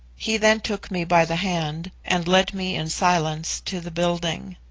he then took me by the hand and led me in silence to the building.